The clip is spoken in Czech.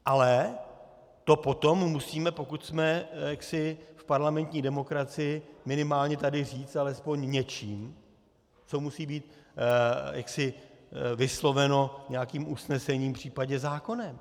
Ale to potom musíme, pokud jsme v parlamentní demokracii, minimálně tady říct alespoň něčím, co musí být vysloveno, nějakým usnesením, příp. zákonem.